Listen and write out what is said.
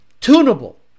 tunable